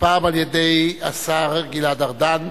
פעם על-ידי השר גלעד ארדן,